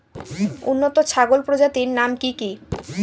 উন্নত ছাগল প্রজাতির নাম কি কি?